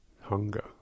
hunger